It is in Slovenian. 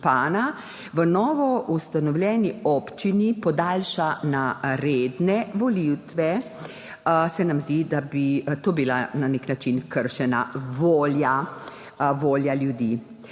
v novo ustanovljeni občini podaljša na redne volitve, se nam zdi, da bi tako bila na nek način kršena volja ljudi.